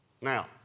Now